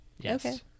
Yes